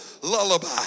lullaby